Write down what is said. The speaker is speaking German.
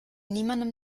niemandem